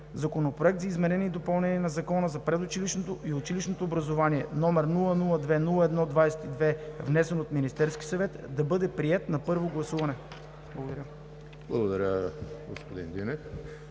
Законопроект за изменение и допълнение на Закона за предучилищното и училищното образование, № 002-01-22, внесен от Министерския съвет, да бъде приет на първо гласуване.“ Благодаря. ПРЕДСЕДАТЕЛ